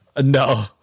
No